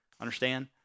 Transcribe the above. Understand